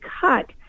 cut